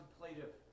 contemplative